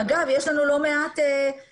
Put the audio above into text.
אגב יש לנו לא מעט אכיפה,